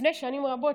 לפני שנים רבות,